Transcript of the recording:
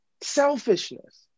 Selfishness